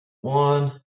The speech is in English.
one